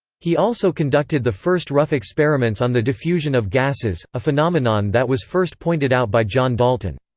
he also conducted the first rough experiments on the diffusion of gases, a phenomenon that was first pointed out by john dalton.